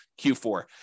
Q4